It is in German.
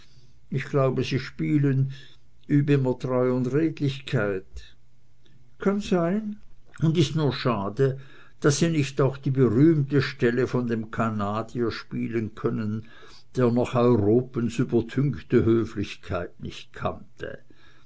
ich glaube sie spielen üb immer treu und redlichkeit kann sein und ist nur schade daß sie nicht auch die berühmte stelle von dem kanadier spielen können der noch europens übertünchte höflichkeit nicht kannte